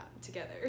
together